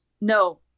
no